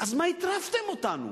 מה הטרפתם אותנו?